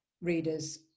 readers